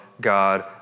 God